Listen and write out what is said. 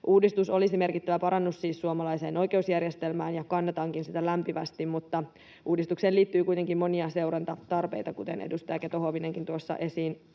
Uudistus olisi siis merkittävä parannus suomalaiseen oikeusjärjestelmään, ja kannatankin sitä lämpimästi, mutta uudistukseen liittyy kuitenkin monia seurantatarpeita, kuten edustaja Keto-Huovinenkin tuossa